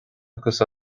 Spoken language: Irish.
agus